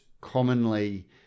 commonly